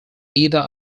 either